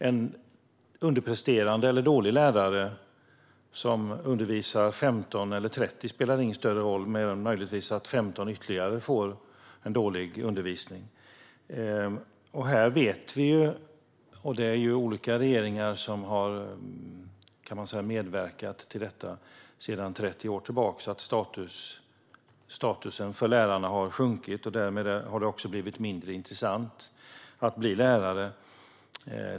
En underpresterande eller dålig lärare som undervisar 15 eller 30 elever spelar ingen större roll - mer än möjligtvis att ytterligare 15 elever får dålig undervisning. Vi vet att olika regeringar sedan 30 år tillbaka har medverkat till att statusen för lärarna har sjunkit. Därmed har det blivit mindre intressant att bli lärare.